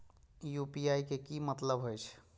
UPI के की मतलब हे छे?